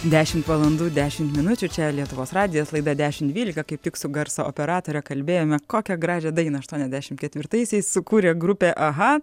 dešimt valandų dešimt minučių čia lietuvos radijas laida dešimt dvylika kaip tik su garso operatore kalbėjome kokią gražią dainą aštuoniasdešim ketvirtaisiais sukūrė grupė aha